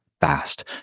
fast